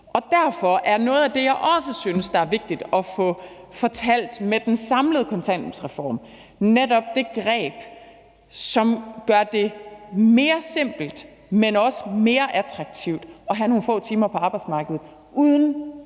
Derfor er noget af det, jeg også synes er vigtigt at få fortalt med den samlede kontanthjælpsreform, netop det greb, som gør det mere simpelt, men også mere attraktivt at have nogle få timer på arbejdsmarkedet uden